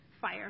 fire